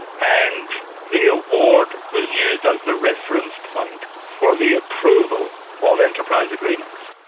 and the award was used as the reference point for the approval of enterprise agreements,